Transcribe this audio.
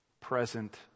present